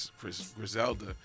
Griselda